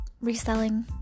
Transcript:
reselling